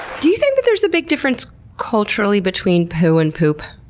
do you think that there's a big difference culturally between poo and poop?